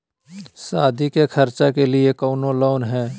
सादी के खर्चा के लिए कौनो लोन है?